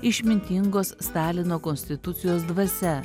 išmintingos stalino konstitucijos dvasia